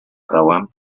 права